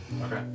Okay